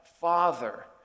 Father